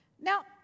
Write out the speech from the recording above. Now